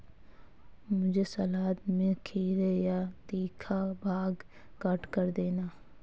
मुझे सलाद में खीरे का तीखा भाग काटकर देना